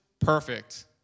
perfect